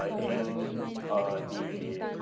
ah in the